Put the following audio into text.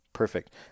Perfect